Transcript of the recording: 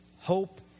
hope